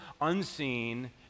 unseen